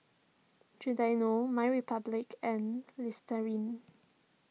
Giordano My Republic and Listerine